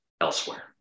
elsewhere